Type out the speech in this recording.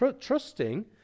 trusting